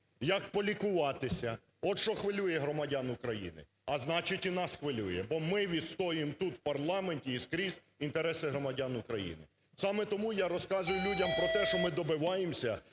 як полікуватися? От що хвилює громадян України, а значить, і нас хвилює, бо ми відстоюємо тут, у парламенті і скрізь інтереси громадян України. Саме тому я розказую людям про те, що ми добиваємося